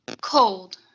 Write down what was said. cold